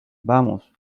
vamos